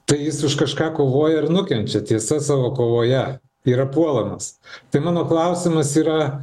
tai jis už kažką kovoja ir nukenčia tiesa savo kovoje yra puolamas tai mano klausimas yra